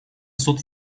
суд